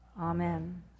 Amen